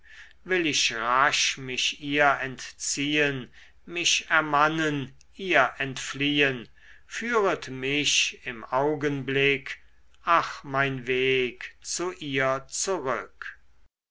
will ich rasch mich ihr entziehen mich ermannen ihr entfliehen führet mich im augenblick ach mein weg zu ihr zurück